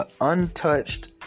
untouched